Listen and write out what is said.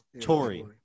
Tory